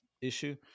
issue